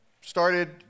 started